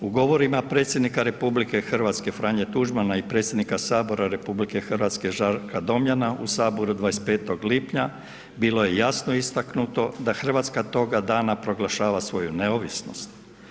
U govorima predsjednika RH Franje Tuđmana i predsjednika Sabora RH Žarka Domjana u Saboru 25. lipnja bilo je jasno istaknuto da Hrvatska toga dana proglašava svoju neovisnost.